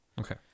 Okay